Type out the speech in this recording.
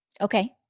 Okay